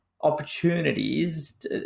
opportunities